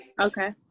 Okay